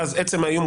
ואז עצם האיום,